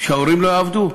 שההורים לא יעבדו?